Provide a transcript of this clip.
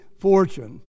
fortune